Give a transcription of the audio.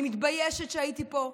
אני מתביישת שהייתי פה.